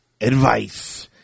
advice